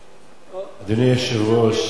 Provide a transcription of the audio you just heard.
אדוני היושב-ראש, יש אמרה: